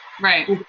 Right